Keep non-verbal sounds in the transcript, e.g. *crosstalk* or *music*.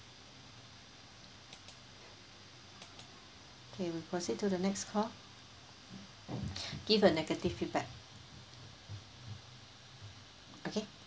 okay we proceed to the next call *breath* give a negative feedback okay